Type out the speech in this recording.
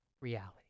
reality